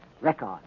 Record